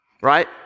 right